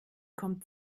kommt